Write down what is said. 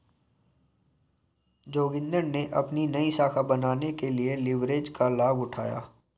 जोगिंदर ने अपनी नई शाखा बनाने के लिए लिवरेज का लाभ उठाया